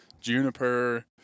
juniper